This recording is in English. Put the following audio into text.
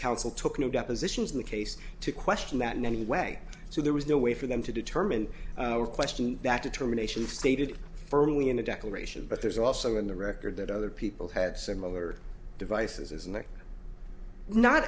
counsel took no depositions in the case to question that many way so there was no way for them to determine or question that determination stated firmly in the declaration but there's also in the record that other people had similar devices and they're not